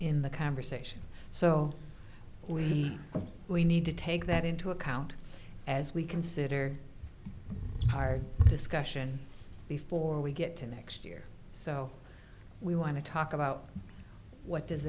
in the conversation so we need to take that into account as we consider our discussion before we get to next year so we want to talk about what does